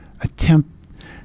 Attempt